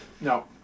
no